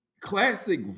classic